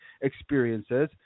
experiences